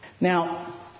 Now